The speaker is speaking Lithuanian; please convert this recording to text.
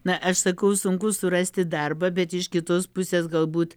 na aš sakau sunku surasti darbą bet iš kitos pusės galbūt